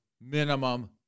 minimum